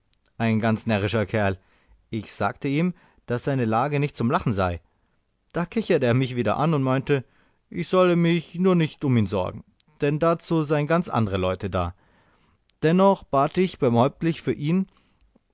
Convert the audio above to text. ein ganz närrischer kerl ich sagte ihm daß seine lage nicht zum lachen sei da kicherte er mich wieder an und meinte ich solle mich nur nicht um ihn sorgen denn dazu seien ganz andere leute da dennoch bat ich beim häuptling für ihn